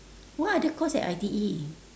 what other course at I_T_E